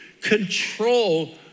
control